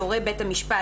יורה בית המשפט,